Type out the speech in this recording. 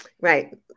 right